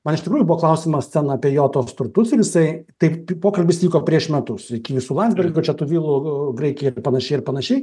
man iš tikrųjų buvo klausimas ten apie jo tuos turtus ir jisai taip pokalbis vyko prieš metus iki jūsų landsbergio čia tų vilų graikijoj ir panašiai ir panašiai